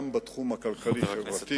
גם בתחום הכלכלי-חברתי,